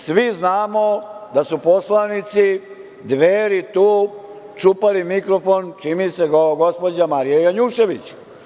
Svi znamo da su poslanici Dveri tu čupali mikrofon, čini mi se, gospođa Marija Janjušević.